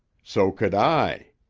so could i.